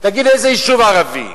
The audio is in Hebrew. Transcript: תגיד איזה יישוב ערבי.